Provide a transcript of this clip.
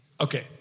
Okay